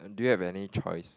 do you have any choice